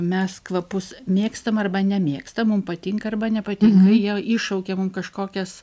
mes kvapus mėgstam arba nemėgstam mum patinka arba nepatinka jie iššaukia mum kažkokias